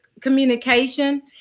communication